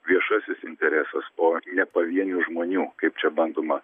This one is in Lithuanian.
viešasis interesas o ne pavienių žmonių kaip čia bandoma